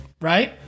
Right